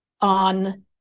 on